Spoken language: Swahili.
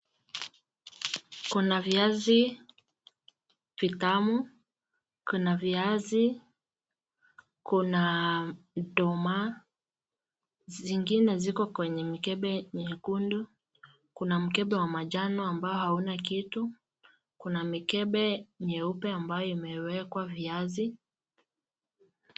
Kuna viazi vitamu na viazi, kuna nduma zingine ziko kwenye mikebe nyekundu. Kuna mkebe wa manjano ambayo hauna kitu , kuna mikebe nyeupe ambayo imewekwa viazi.